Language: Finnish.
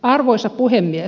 arvoisa puhemies